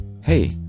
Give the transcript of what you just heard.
Hey